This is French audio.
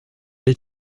les